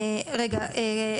רגע,